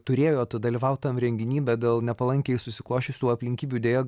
turėjot dalyvaut tam renginy bet dėl nepalankiai susiklosčiusių aplinkybių deja